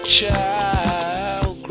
child